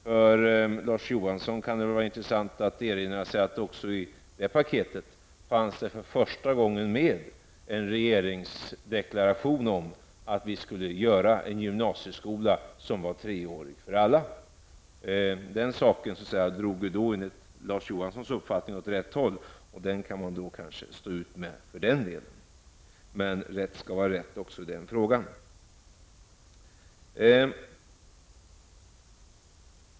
För Larz Johansson kan det vara intressant att erinra sig att det i det paketet för första gången fanns med en regeringsdeklaration om att vi skulle ha en treårig gymnasieskola för alla. Det förslaget drog, enligt Larz Johanssons uppfattning, åt rätt håll. Det kan man kanske stå ut med för den delen. Men rätt skall vara rätt, också i den frågan.